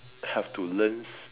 have to learn